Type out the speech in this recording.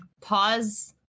pause